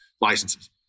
licenses